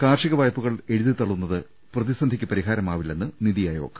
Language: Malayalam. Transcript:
കാർഷിക വായ്പകൾ എഴുതിത്തള്ളുന്നത് പ്രതിസന്ധിക്ക് പരിഹാ രമാവില്ലെന്ന് നിതി അയോഗ്